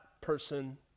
person